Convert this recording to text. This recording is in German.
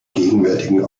gegenwärtigen